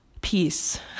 peace